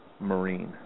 Marine